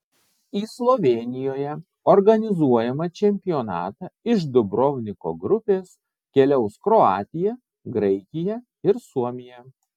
į slovėnijoje organizuojamą čempionatą iš dubrovniko grupės keliaus kroatija graikija ir suomija